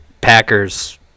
Packers